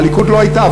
הליכוד לא הייתה,